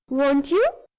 won't you?